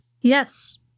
Yes